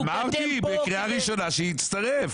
אמרתי לי שבקריאה ראשונה יצטרף.